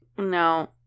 No